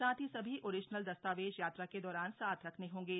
साथ ही सभी ओरिजिनल दस्तावेज़ यात्रा के दौरान साथ रखने होंगे